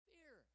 Fear